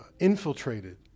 infiltrated